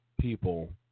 people